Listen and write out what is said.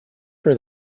for